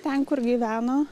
ten kur gyveno